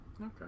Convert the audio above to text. Okay